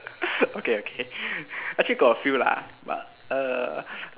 okay okay actually got a few lah but err